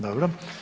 Dobro.